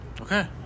Okay